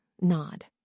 Nod